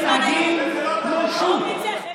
אתם מתנהגים כמו שוק.